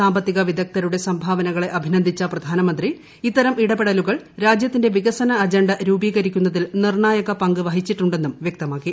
സാമ്പത്തിക വിദഗ്ധരുടെ സംഭാവനക്കളെ അഭിനന്ദിച്ച പ്രധാനമന്ത്രി ഇത്തരം ഇടപെടലുകൾ രാജ്യത്തിന്റെ വികസന അജണ്ട രൂപീകരിക്കുന്നതിൽ നിർണ്ടായക്ക് പങ്ക് വഹിച്ചിട്ടുണ്ടെന്നും വ്യക്തമാക്കി